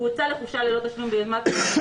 (1)הוא הוצא לחופשה ללא תשלום ביוזמת המעסיק